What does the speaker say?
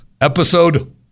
episode